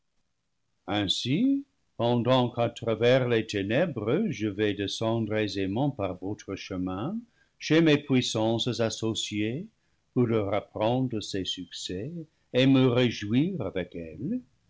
ainsi pendant qu'à travers les ténèbres je vais descendre aisément par votre chemin chez mes puissances associées pour leur apprendre ces succès et me réjouir avec elles